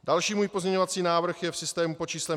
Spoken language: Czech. Další můj pozměňovací návrh je v systému pod číslem 4491.